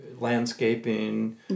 landscaping